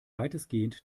weitestgehend